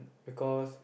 because